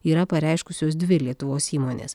yra pareiškusios dvi lietuvos įmonės